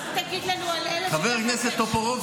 רק תגיד לנו על אלה --- חבר הכנסת טופורובסקי,